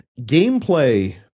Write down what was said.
gameplay